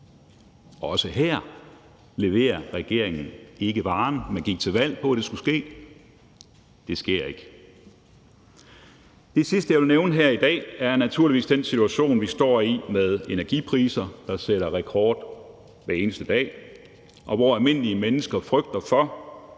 Også her leverer regeringen ikke varen. Man gik til valg på, at det skulle ske, men det sker ikke. Det sidste, jeg vil nævne her i dag, er naturligvis den situation, vi står i, med energipriser, der sætter rekord hver eneste dag, og hvor almindelige mennesker frygter for,